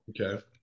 Okay